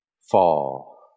fall